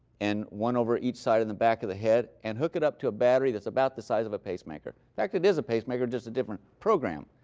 and one over each side of the back of the head, and hook it up to a battery that's about the size of a pacemaker. in fact, it is a pacemaker, just a different program.